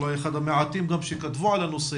אולי אחד המעטים שגם כתבו על הנושא.